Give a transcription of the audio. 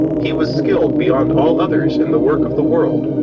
he was skilled beyond all others in the work of the world,